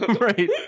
Right